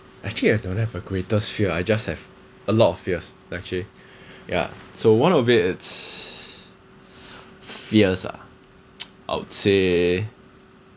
actually I don't have a greatest fear I just have a lot of fears actually yeah so one of it it's fears ah I would say